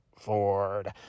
Ford